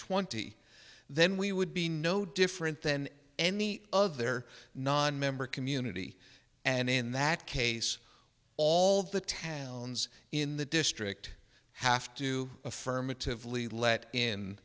twenty then we would be no different than any other non member community and in that case all the towns in the district have to affirmatively let in